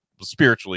spiritually